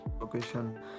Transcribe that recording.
location